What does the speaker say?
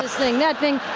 thing that thing.